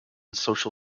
social